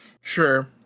Sure